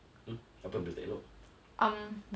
hmm apa benda tak elok